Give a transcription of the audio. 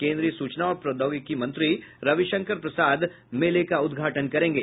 केन्द्रीय सूचना और प्रौद्योगिकी मंत्री रविशंकर प्रसाद इस मेले का उद्घाटन करेंगे